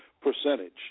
percentage